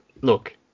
look